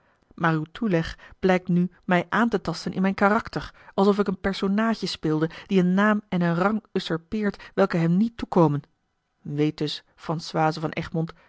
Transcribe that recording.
maar uw toeleg blijkt nu mij aan te tasten in mijn karakter alsof ik eene personaadje speelde die een naam en een rang usurpeert welke hem niet toekomen weet dus françoise van egmond